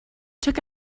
took